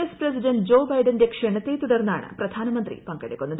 S president Joe ബൈഡന്റെ ക്ഷണത്തെ തുടർന്നാണ് പ്രധാനമന്ത്രി പങ്കെടുക്കുന്നത്